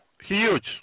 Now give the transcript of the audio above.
Huge